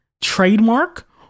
trademark